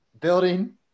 building